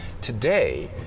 Today